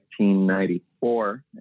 1994